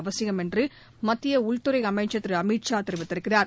அவசியம் என்று மத்திய உள்துறை அமைச்சர் திரு அமித் ஷா கூறியிருக்கிறார்